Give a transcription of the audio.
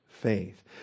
faith